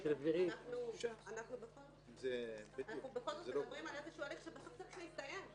אנחנו בכל זאת מדברים על הליך שבסוף צריך להסתיים.